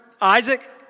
Isaac